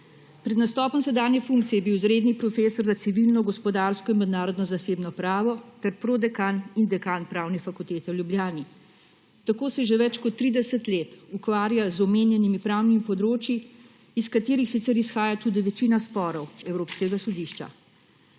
Pred nastopom sedanje funkcije je bil izredni profesor za civilno in gospodarsko in mednarodno zasebno pravo ter prodekan in dekan Pravne fakultete v Ljubljani. Tako se že več kot 30 let ukvarja z omenjenimi pravnimi področji, iz katerih sicer izhaja tudi večina sporov Evropskega sodišča.